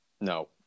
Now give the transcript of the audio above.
no